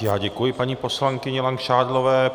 Já děkuji paní poslankyni Langšádlové.